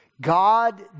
God